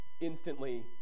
instantly